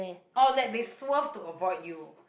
or like the swerve to avoid you